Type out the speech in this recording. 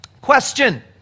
Question